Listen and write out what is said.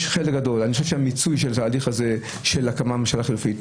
אני חושב שהמיצוי של התהליך הזה של הקמת ממשלה חלופית היה חשוב,